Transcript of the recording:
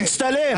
הוא מצטלם.